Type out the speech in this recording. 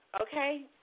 okay